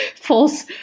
false